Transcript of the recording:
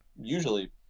usually